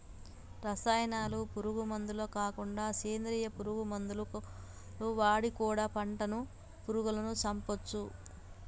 రసాయనాల పురుగు మందులు కాకుండా సేంద్రియ పురుగు మందులు వాడి కూడా పంటను పురుగులను చంపొచ్చు